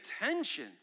attention